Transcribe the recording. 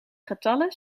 getallen